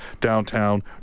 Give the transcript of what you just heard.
Downtown